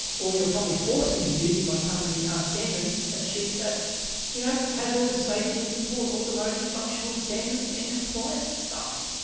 or you're probably forced into using by company ah standards, a chip that you know has all this safety and support automotive functional standards and compliance stuff.